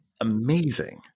amazing